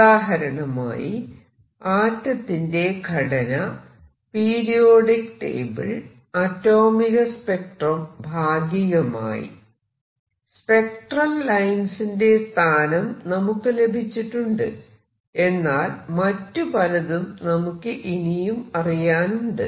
ഉദാഹരണമായി ആറ്റത്തിന്റെ ഘടന പീരിയോഡിക് ടേബിൾ അറ്റോമിക സ്പെക്ട്രംഭാഗികമായി atomic spectrum partially സ്പെക്ട്രൽ ലൈൻസിന്റെ സ്ഥാനം നമുക്ക് ലഭിച്ചിട്ടുണ്ട് എന്നാൽ മറ്റു പലതും നമുക്ക് ഇനിയും അറിയാനുണ്ട്